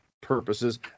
purposes